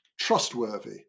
trustworthy